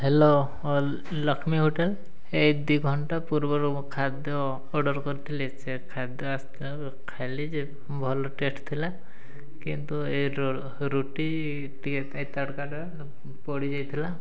hello Lakshmi hotel ଏ ଦୁଇ ଘଣ୍ଟା ପୂର୍ବରୁ ଖାଦ୍ୟ ଅର୍ଡ଼ର୍ କରିଥିଲି ସେ ଖାଦ୍ୟ ଖାଇଲି ଯେ ଭଲ ଟେଷ୍ଟ୍ ଥିଲା କିନ୍ତୁ ଏ ରୁଟି ଟିକେ ତଡ଼କାଟା ପଡ଼ିଯାଇଥିଲା